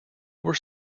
were